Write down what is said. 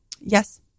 Yes